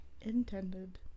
intended